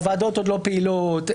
הוועדות עוד לא פעילות,